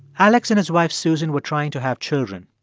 alex and his wife susan were trying to have children.